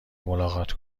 ملاقات